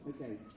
Okay